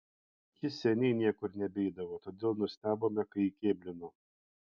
jis seniai niekur nebeidavo todėl nustebome kai įkėblino